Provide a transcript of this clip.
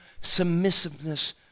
submissiveness